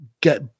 get